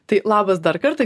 tai labas dar kartą